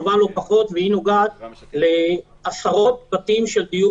נקודה שנייה חשובה לא פחות והיא נוגעת לעשרות בתים של דיור